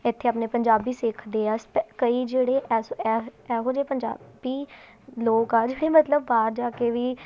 ਇੱਥੇ ਆਪਣੇ ਪੰਜਾਬੀ ਸਿੱਖਦੇ ਆ ਸ ਕਈ ਜਿਹੜੇ ਇਹੋ ਜਿਹੇ ਪੰਜਾਬੀ ਲੋਕ ਆ ਜਿਹੜੇ ਮਤਲਬ ਬਾਹਰ ਜਾ ਕੇ ਵੀ